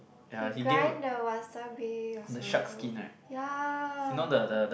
he grind the wasabi also ya